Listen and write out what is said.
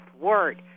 word